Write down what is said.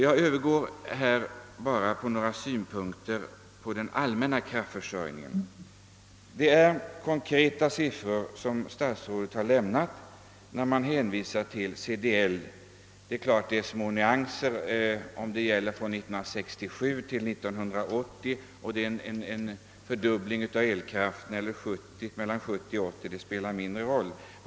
Jag övergår till att framlägga några synpunkter på den allmänna kraftförsörjningen. Statsrådet har lämnat konkreta siffror vid hänvisningen till CDL. Det rör sig här givetvis om nyanser. Det spelar ingen roll om en fördubbling av elkraften avser tiden från 1967 till 1980 eller tiden från 1970 till 1980.